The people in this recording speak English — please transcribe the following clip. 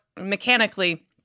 mechanically